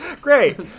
great